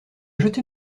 jeté